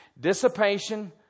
Dissipation